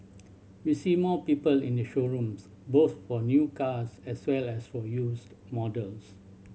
we see more people in the showrooms both for new cars as well as for used models